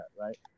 right